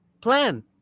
plan